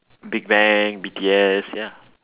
big bang B_T_S ya